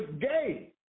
gay